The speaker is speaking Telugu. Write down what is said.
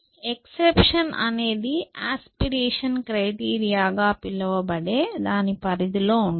ఎక్సెప్షన్అనేది ఆస్పిరేషన్ క్రైటీరియాగా పిలువబడే దాని పరిధిలో ఉంటుంది